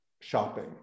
shopping